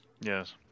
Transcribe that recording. Yes